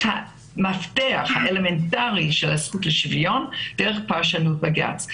המפתח האלמנטרי של הזכות לשוויון דרך פרשנות בג"ץ.